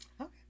Okay